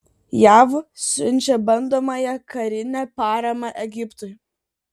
jav siunčia bandomąją karinę paramą egiptui